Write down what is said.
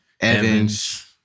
Evans